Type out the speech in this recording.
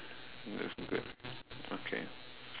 that's good okay